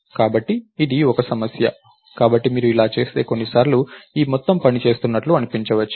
కాబట్టి ఇది ఒక సమస్య కాబట్టి మీరు ఇలా చేస్తే కొన్నిసార్లు ఈ మొత్తం పని చేస్తున్నట్లు అనిపించవచ్చు